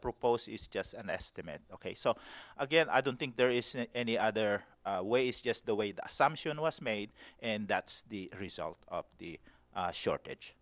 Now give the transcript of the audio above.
proposal is just an estimate ok so again i don't think there is any other ways just the way the assumption was made and that's the result of the shortage